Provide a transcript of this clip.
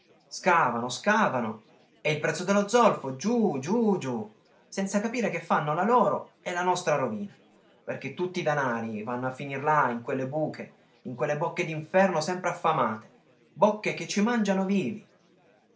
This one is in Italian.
scavano scavano e il prezzo dello zolfo giù giù giù senza capire che fanno la loro e la nostra rovina perché tutti i danari vanno a finir là in quelle buche in quelle bocche d'inferno sempre affamate bocche che ci mangiano vivi